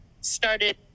started